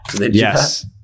Yes